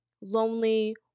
lonely